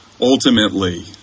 ultimately